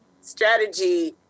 strategy